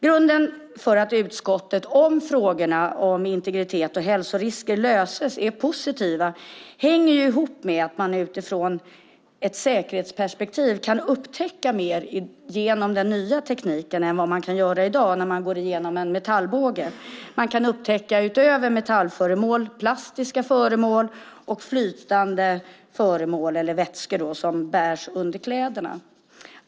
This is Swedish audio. Grunden för att utskottet är positivt om frågorna om integritet och hälsorisker löses hänger ihop med att man utifrån ett säkerhetsperspektiv kan upptäcka mer genom den nya tekniken än man kan göra i dag när man går igenom en metallbåge. Man kan utöver metallföremål upptäcka plastiska föremål och vätskor som bärs under kläder.